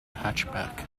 hatchback